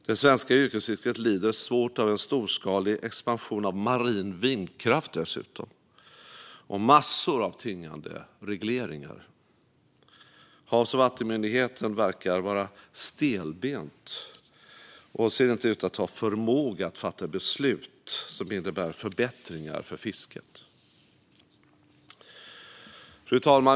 Det svenska yrkesfisket lider dessutom svårt av en storskalig expansion av marin vindkraft och massor av tyngande regleringar. Havs och vattenmyndigheten verkar vara stelbent och ser inte ut att ha förmåga att fatta beslut som innebär förbättringar för fisket. Fru talman!